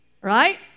Right